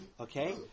okay